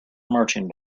marching